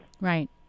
Right